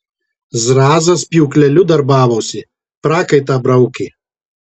zrazas pjūkleliu darbavosi prakaitą braukė